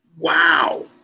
Wow